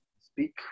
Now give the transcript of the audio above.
speak